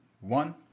one